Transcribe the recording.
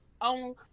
on